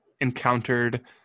encountered